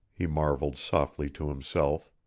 he marvelled softly to himself.